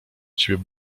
ciebie